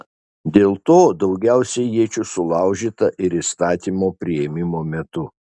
dėl to daugiausiai iečių sulaužyta ir įstatymo priėmimo metu